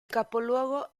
capoluogo